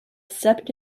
stepped